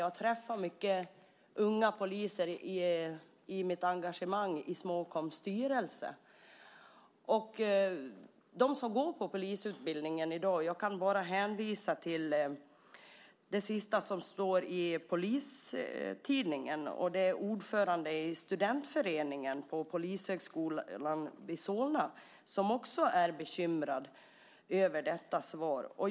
Jag träffar många unga poliser i mitt engagemang i Småkoms styrelse. När det gäller dem som går på polisutbildningen i dag kan jag bara hänvisa till det sista som står i Polistidningen. Det är ordföranden i studentföreningen på Polishögskolan i Solna som också är bekymrad över detta svar.